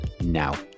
now